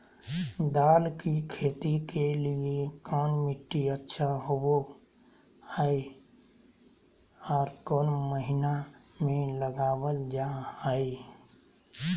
दाल की खेती के लिए कौन मिट्टी अच्छा होबो हाय और कौन महीना में लगाबल जा हाय?